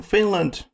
Finland